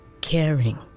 caring